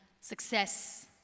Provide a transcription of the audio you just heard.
success